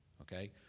okay